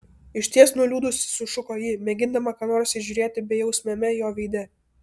išties nuliūdusi sušuko ji mėgindama ką nors įžiūrėti bejausmiame jo veide